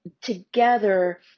together